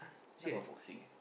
now got boxing eh